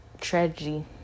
tragedy